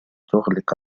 تغلق